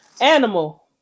Animal